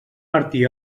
martí